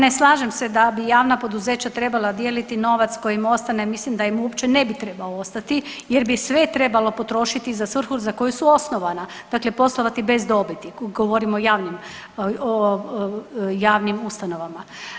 Ne slažem se da bi javna poduzeća trebala dijeliti novac koji im ostane, mislim da im uopće ne bi trebao ostati jer bi sve trebalo potrošiti za svrhu za koju su osnovana, dakle poslovati bez dobiti, govorim o javnim, o javnim ustanovama.